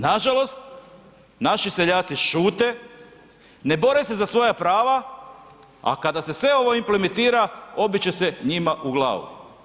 Nažalost, naši seljaci šute, ne bore se za svoja prava a kada se sve ovo implementira, obit će se njima u glavu.